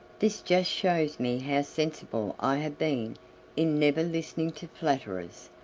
this just shows me how sensible i have been in never listening to flatterers.